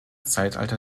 zeitalter